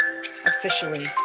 officially